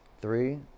three